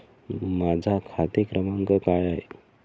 माझा खाते क्रमांक काय आहे?